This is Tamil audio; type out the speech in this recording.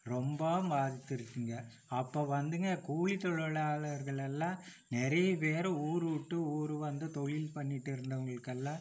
ரொம்ப பாதித்திருக்குங்க அப்போ வந்துங்க கூலி தொழிலாளர்களெல்லாம் நிறைய பேர் ஊர் விட்டு ஊர் வந்து தொழில் பண்ணிகிட்டு இருந்தவங்களுக்கெல்லாம்